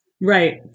Right